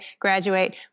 graduate